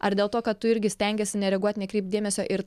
ar dėl to kad tu irgi stengiesi nereaguot nekreipt dėmesio ir